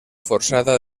forçada